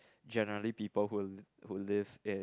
generally people who who live in